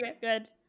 good